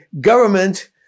government